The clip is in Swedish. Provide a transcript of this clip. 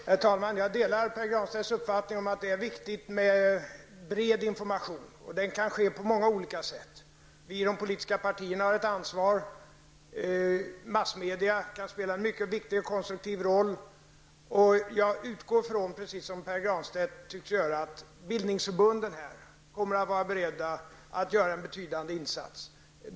Herr talman! Jag delar Pär Granstedts uppfattning om att det är viktigt med bred information. En sådan information kan lämnas på många olika sätt. Vi inom de politiska partierna har ett ansvar. Massmedia kan spela en mycket viktig och konstruktiv roll. Precis som Pär Granstedt tycks göra utgår jag ifrån att bildningsförbunden är beredda att göra en betydande insats.